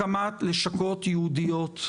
הקמת לשכות ייעודיות,